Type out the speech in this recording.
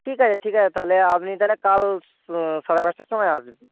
ঠিক আছে ঠিক আছে তাহলে আপনি তাহলে কাল সাড়ে পাঁচটার সময় আসবেন